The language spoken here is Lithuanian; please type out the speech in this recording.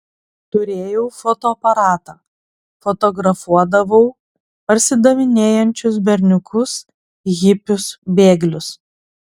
turėjau fotoaparatą fotografuodavau parsidavinėjančius berniukus hipius bėglius